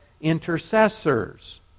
intercessors